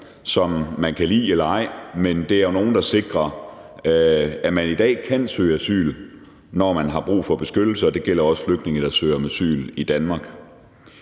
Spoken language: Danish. Om man kan lide dem eller ej, så sikrer de, at man i dag kan søge asyl, når man har brug for beskyttelse, og det gælder også flygtninge, der søger om asyl i Danmark.